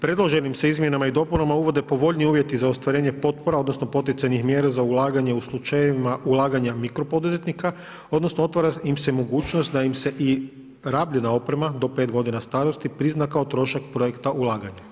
Predloženim se izmjenama i dopunama uvode povoljniji uvjeti za ostvarenje potpora, odnosno poticajnih mjera za ulaganje u slučajevima ulaganja mikro poduzetnika, odnosno otvara im se mogućnost da im se i rabljena oprema do 5 godina starosti prizna kao trošak projekta ulaganja.